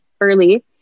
early